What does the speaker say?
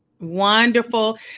Wonderful